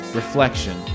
reflection